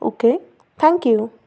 okay thank you